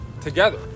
together